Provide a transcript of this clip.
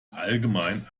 allgemein